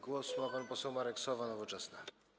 Głos ma pan poseł Marek Sowa, Nowoczesna.